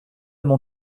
mon